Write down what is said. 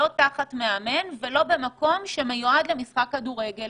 לא תחת מאמן ולא במקום שמיועד למשחק כדורגל,